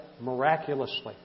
miraculously